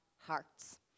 hearts